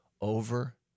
over